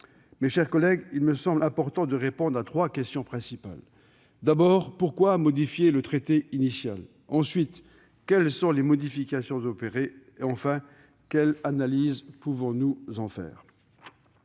Mes chers collègues, il me semble important de répondre à trois questions principales. Tout d'abord, pourquoi modifier le traité initial ? Ensuite, quelles sont les modifications opérées ? Enfin, quelle analyse pouvons-nous en faire ?